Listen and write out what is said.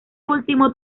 último